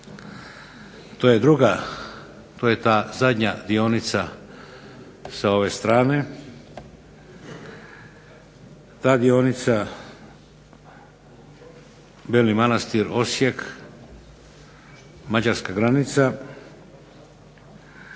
To je druga, to je ta zadnja dionica sa ove strane. Ta je dionica Beli Manastir-Osijek-mađarska granica